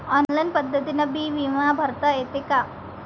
Online पद्धतीनं बी बिमा भरता येते का?